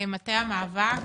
מטה המאבק.